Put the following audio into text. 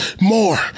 more